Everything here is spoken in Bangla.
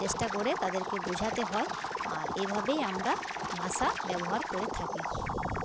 চেষ্টা করে তাদেরকে বোঝাতে হয় আর এভাবেই আমরা ভাষা ব্যবহার করে থাকি